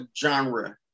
genre